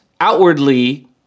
outwardly